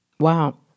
Wow